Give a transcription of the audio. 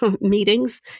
meetings